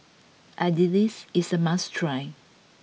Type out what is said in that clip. Idilis is a must try